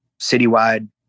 citywide